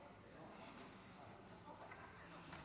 חבריי חברי הכנסת, שלושה